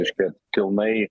reiškia pilnai